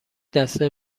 دسته